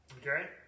Okay